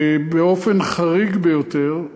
באופן חריג ביותר,